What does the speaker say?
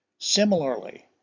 Similarly